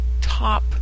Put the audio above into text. Top